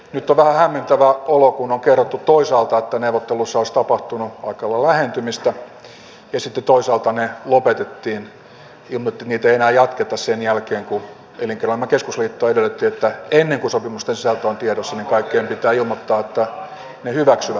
nyt on vähän hämmentävä olo kun on kerrottu toisaalta että neuvotteluissa olisi tapahtunut aika lailla lähentymistä ja sitten toisaalta niitä ei enää jatketa sen jälkeen kun elinkeinoelämän keskusliitto edellytti että ennen kuin sopimusten sisältö on tiedossa kaikkien pitää ilmoittaa että he hyväksyvät tämän